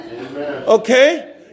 Okay